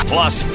Plus